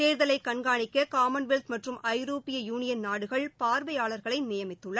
தேர்தலை கண்காணிக்க காமன்வெல்த் மற்றும் ஐரோப்பிய யுனியன் நாடுகள் பார்வையாளர்களை நியமித்துள்ள